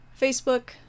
Facebook